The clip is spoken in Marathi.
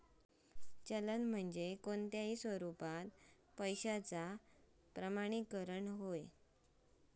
चलन म्हणजे कोणताही स्वरूपात पैशाचो प्रमाणीकरण